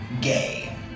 gay